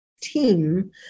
team